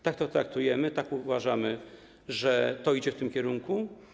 Tak to traktujemy i uważamy, że to idzie w tym kierunku.